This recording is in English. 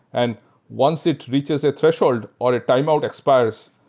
and once it reaches a threshold or a timeout expires,